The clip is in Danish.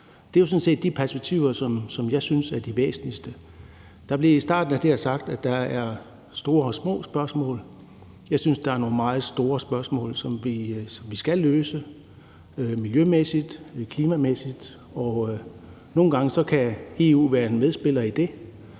set de perspektiver, som jeg synes er de væsentligste. Der blev i starten af det her sagt, at der er store og små spørgsmål. Jeg synes, at der er nogle meget store spørgsmål, som vi skal løse miljømæssigt, klimamæssigt. Nogle gange kan EU være en medspiller i det.